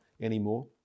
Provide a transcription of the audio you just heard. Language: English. anymore